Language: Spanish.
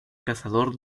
cazador